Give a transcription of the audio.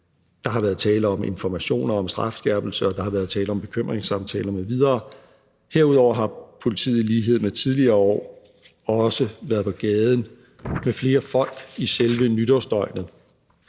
Der har været tale om informationer om strafskærpelse, og der har været tale om bekymringssamtaler m.v. Herudover har politiet i lighed med tidligere år også været på gaden med flere folk i selve nytårsdøgnet.